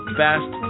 best